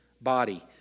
body